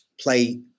play